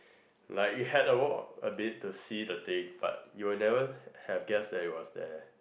like you had a walk a bit to see the thing but you will never have have guessed that it was there